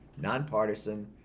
nonpartisan